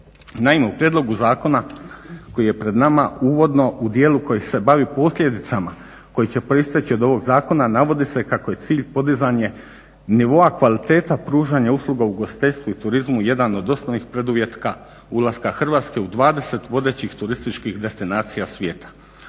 Naime u prijedlogu zakona koji je pred nama uvodno u dijelu koji se bavi posljedicama koje će proisteći iz ovoga zakona navodi se kako je cilj podizanje nivoa, kvaliteta pružanja usluga u ugostiteljstvu i turizmu jedan o od osnovnih preduvjeta ulaska Hrvatske u 20 vodećih turističkih destinacija svijeta.